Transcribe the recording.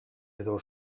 edo